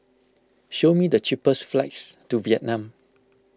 show me the cheapest flights to Vietnam